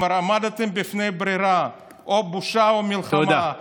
הוא אמר: עמדתם בפני ברירה, או בושה או מלחמה.